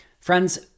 Friends